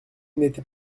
n’était